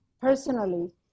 Personally